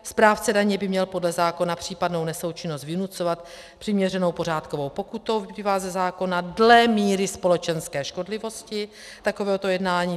Správce daně by měl podle zákona případnou nesoučinnost vynucovat přiměřenou pořádkovou pokutou, vyplývá ze zákona, dle míry společenské škodlivosti takovéhoto jednání.